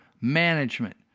management